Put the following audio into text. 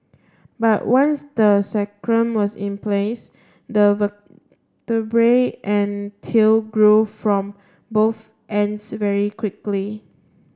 but once the sacrum was in place the vertebrae and tail grew from both ends very quickly